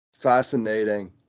Fascinating